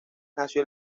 nació